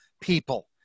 people